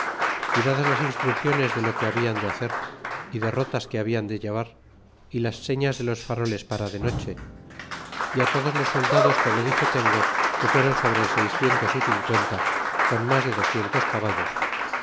y dadas las instrucciones de lo que habian de hacer y derrotas que habian de llevar y las señas de los faroles para de noche y todos los soldados como dicho tengo que fijéron sobre seiscientos y cincuenta con mas de docientos caballos